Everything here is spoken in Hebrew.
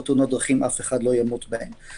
אף אחד לא ימות בהן.